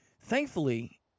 Thankfully